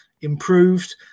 improved